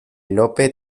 lope